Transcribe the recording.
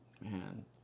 man